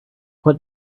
what